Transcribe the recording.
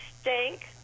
stink